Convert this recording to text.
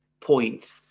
point